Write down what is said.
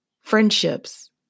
friendships